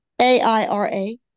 A-I-R-A